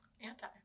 anti